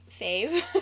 fave